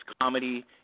comedy